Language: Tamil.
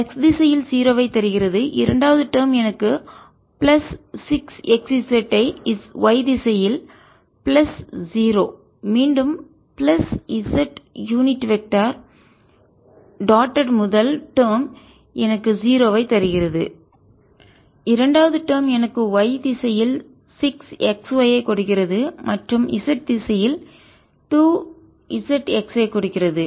x திசையில் 0 ஐ தருகிறது இரண்டாவது டேர்ம் எனக்கு பிளஸ் 6 xz ஐ y திசையில் பிளஸ் 0 மீண்டும் plus z unit vector dotted முதல் டேர்ம் எனக்கு 0 ஐ தருகிறது இரண்டாவது டேர்ம் எனக்கு y திசையில் 6 xy ஐ கொடுக்கிறது மற்றும் z திசையில் 2 zx ஐ கொடுக்கிறது